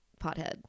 pothead